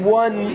one